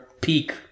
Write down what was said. peak